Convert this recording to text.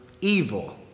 evil